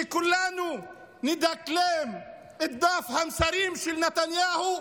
שכולנו נדקלם את דף המסרים של נתניהו?